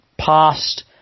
past